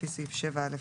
לפי סעיף 7(א)(1)